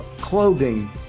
clothing